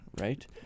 Right